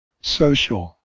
Social